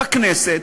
בכנסת,